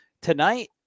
Tonight